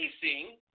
facing